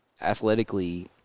athletically